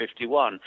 51